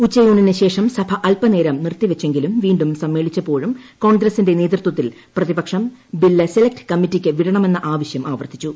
ഉച്ചയൂണിന് ശേഷം സഭ അല്പ നേരം നിർത്തിവെച്ചെങ്കിലും വീണ്ടും സമ്മേളിച്ചപ്പോഴും കോൺഗ്രസിന്റെ നേതൃത്വത്തിൽ പ്രതിപക്ഷം ബില്ല് സെലക്ട് കമ്മറ്റിയ്ക്ക് വിടണമെന്ന ആവശ്യം ആവർത്തിച്ചു